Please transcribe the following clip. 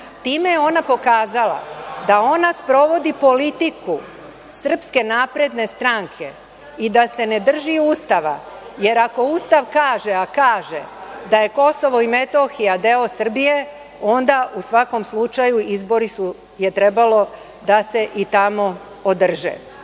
Time je ona pokazala da ona sprovodi politiku SNS i da se ne drži Ustava, jer ako Ustav kaže, a kaže da su Kosovo i Metohija deo Srbije onda u svakom slučaju izbori su trebali i tamo da se održe.